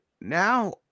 Now